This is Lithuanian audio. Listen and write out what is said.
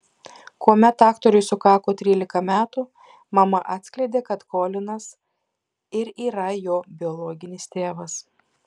kuomet aktoriui sukako trylika metų mama atskleidė kad kolinas ir yra jo biologinis tėvas